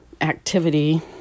activity